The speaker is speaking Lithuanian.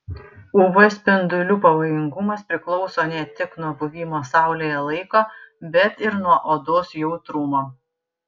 uv spindulių pavojingumas priklauso ne tik nuo buvimo saulėje laiko bet ir nuo odos jautrumo